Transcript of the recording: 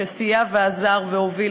שסייע ועזר והוביל,